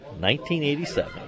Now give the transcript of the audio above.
1987